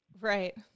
right